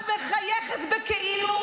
את מחייכת בכאילו,